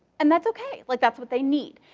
and that's okay. like that's what they need.